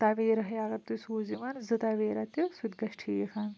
تویرا ہٕے اگر تُہۍ سوٗزِو زٕ تویرا تہِ سُہ تہِ گَژھہِ ٹھیٖک